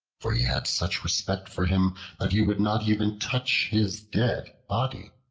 for he had such respect for him that he would not even touch his dead body.